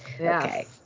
Okay